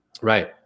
Right